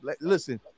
listen